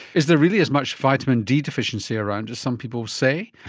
is there really as much vitamin d deficiency around as some people say?